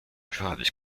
drivers